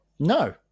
No